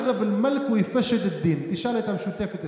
(חוזר על דבריו בערבית.) תשאל את המשותפת,